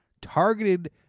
targeted